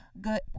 good